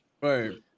right